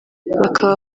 bakaba